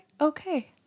Okay